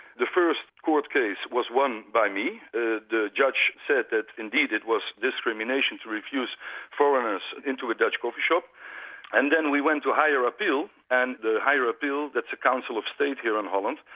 the first court case was won by me the the judge said that indeed it was discrimination to refuse foreigners into a dutch coffee-shop, and then we went to higher appeal, and the higher appeal, that's the council of state here in holland,